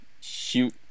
shoot